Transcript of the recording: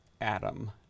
Atom